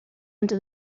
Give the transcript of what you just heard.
into